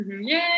Yay